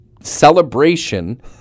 celebration